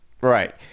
Right